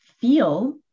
feel